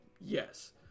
yes